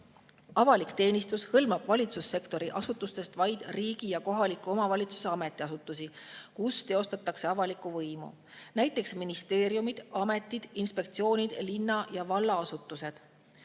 Avalik teenistus hõlmab valitsussektori asutustest vaid riigi ja kohaliku omavalitsuse ametiasutusi, kus teostatakse avalikku võimu, näiteks ministeeriumid, ametid, inspektsioonid ning linna‑ ja vallaasutused.